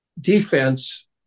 defense